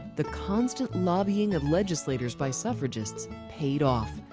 the constant lobbying of legislators by suffragist paid off.